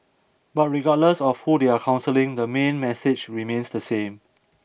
but regardless of who they are counselling the main message remains the same